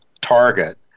target